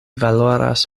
valoras